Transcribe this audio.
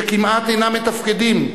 שכמעט אינם מתפקדים,